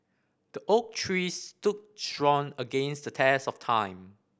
the oak trees stood strong against the test of time